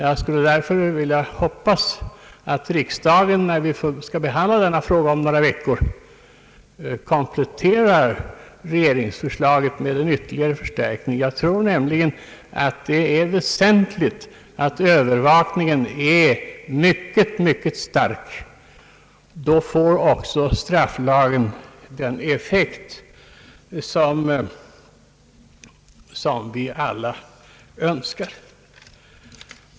Jag hoppas därför att riksdagen när vi om några veckor skall behandla denna fråga kompletterar regeringsförslaget med en ytterligare förstärkning. Det är nämligen väsentligt att övervakningen är mycket stark, ty först då får strafflagen den effekt som vi alla önskar.